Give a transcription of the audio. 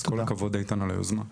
אז כל הכבוד איתן על היוזמה.